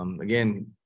Again